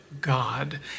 God